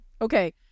Okay